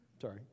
Sorry